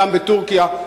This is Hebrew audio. גם בטורקיה.